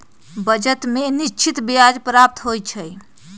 बचत में निश्चित ब्याज प्राप्त होइ छइ